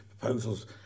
proposals